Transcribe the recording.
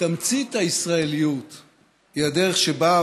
תמצית הישראליות היא הדרך שבה,